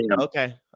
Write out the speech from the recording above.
Okay